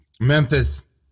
Memphis